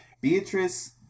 Beatrice